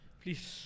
please